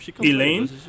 Elaine